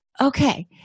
okay